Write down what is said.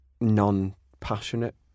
non-passionate